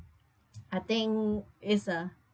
I think is a